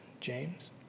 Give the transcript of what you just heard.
James